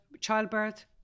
childbirth